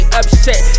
upset